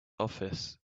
office